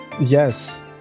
Yes